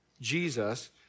Jesus